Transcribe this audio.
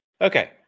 Okay